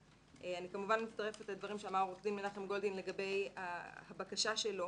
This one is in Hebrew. - אני כמובן מצטרפת לדברים שאמר עו"ד מנחם גולדין לגבי הבקשה שלו